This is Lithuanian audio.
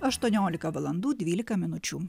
aštuoniolika valandų dvylika minučių